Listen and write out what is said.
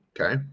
Okay